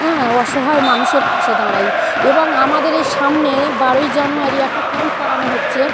হ্যাঁ অসহায় মানুষের পাশে দাঁড়াই এবং আমাদের এই সামনে বারোই জানুয়ারি একটা ক্যাম্প করানো হচ্ছে